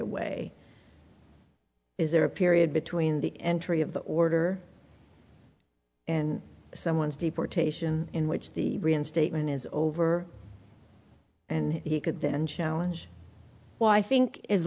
away is there a period between the entry of the order and someone's deportation in which the reinstatement is over and he could then challenge well i think as